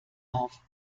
auf